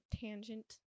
tangent